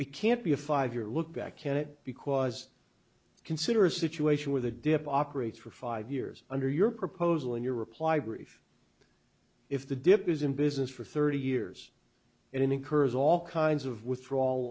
we can't be a five year lookback can it because consider a situation where the dip operates for five years under your proposal in your reply brief if the dip is in business for thirty years it incurs all kinds of withdraw